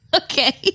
Okay